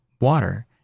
water